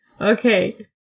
Okay